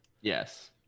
yes